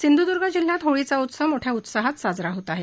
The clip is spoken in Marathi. सिंधुदुर्ग जिल्ह्यात होळीचा उत्सव मोठ्या उत्साहात साजरा होत आहे